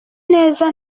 neza